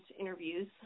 interviews